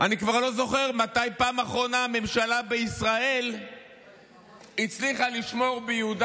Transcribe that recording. אני כבר לא זוכר מתי בפעם האחרונה ממשלה בישראל הצליחה לשמור ביהודה